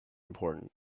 important